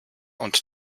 und